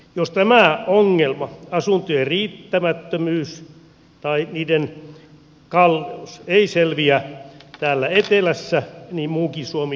jos tämä ongelma asuntojen riittämättömyys tai niiden kalleus ei selviä täällä etelässä niin muukin suomi kärsii